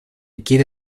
quiere